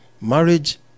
Marriage